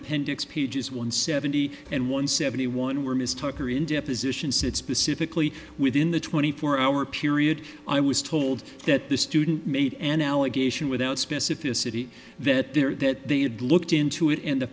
appendix pages one seventy and one seventy one where ms tucker in deposition said specifically within the twenty four hour period i was told that the student made an allegation without specificity that there that they had looked into it and the